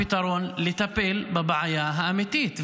הפתרון הוא לטפל בבעיה האמיתית.